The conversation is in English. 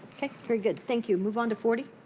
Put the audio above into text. okay. very good. thank you. move on to forty?